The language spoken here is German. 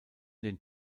den